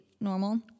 normal